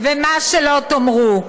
ומה שלא תאמרו,